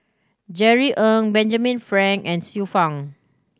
Jerry Ng Benjamin Frank and Xiu Fang